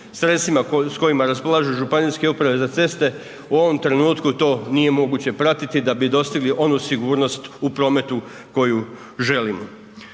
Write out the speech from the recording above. sredstvima s kojima raspolažu ŽUC u ovom trenutku to nije moguće pratiti da bi dostigli onu sigurnost u prometu koju želimo.